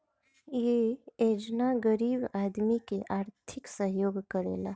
इ योजना गरीब आदमी के आर्थिक सहयोग करेला